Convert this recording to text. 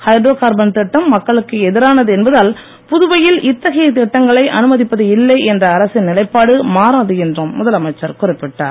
hydro carbon திட்டம் மக்களுக்கு எதிரானது என்பதால் புதுவையில் இத்தகைய திட்டங்களை அனுமதிப்பது இல்லை என்ற அரசின் நிலைப்பாடு மாறாது என்றும் முதலமைச்சர் குறிப்பிட்டார்